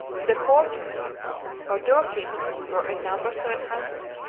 the porters or door-keepers were in number seven hundred.